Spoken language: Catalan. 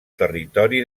territori